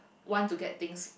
want to get things